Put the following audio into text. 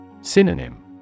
Synonym